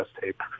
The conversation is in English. tape